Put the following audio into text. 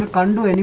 and and